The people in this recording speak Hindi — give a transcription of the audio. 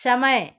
समय